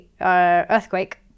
earthquake